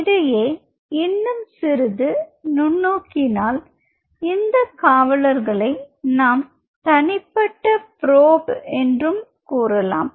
இதையே இன்னும் சிறிது நுண்ணோக்கினால் இந்த காவலர்களை நாம் தனிப்பட்ட ப்ரொப் என்று கூறலாம்